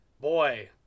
boy